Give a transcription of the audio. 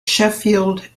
sheffield